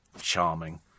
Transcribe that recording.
charming